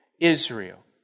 Israel